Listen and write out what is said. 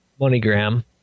MoneyGram